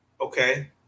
Okay